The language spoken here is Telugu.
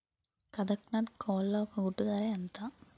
కదక్నత్ కోళ్ల ఒక గుడ్డు ధర ఎంత?